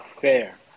fair